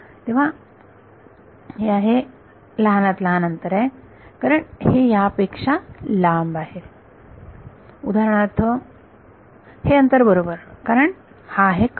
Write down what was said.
तेव्हा आहे लहानात लहान अंतर आहे कारण हे यापेक्षा लांब आहे उदाहरणार्थ हे अंतर बरोबर कारण हा आहे कर्ण